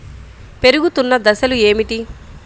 పెరుగుతున్న దశలు ఏమిటి?